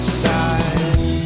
side